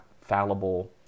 fallible